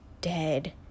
dead